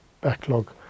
backlog